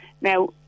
Now